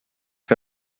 que